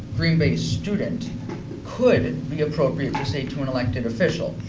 green bay student could be appropriate to say to an elected official.